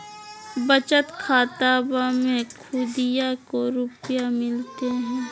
बचत खाताबा मे सुदीया को रूपया मिलते?